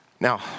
Now